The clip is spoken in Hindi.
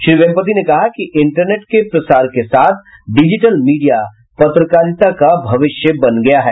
श्री वेम्पति ने कहा कि इंटरनेट के प्रसार के साथ डिजिटल मीडिया पत्रकारिता का भविष्य बन गया है